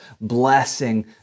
blessing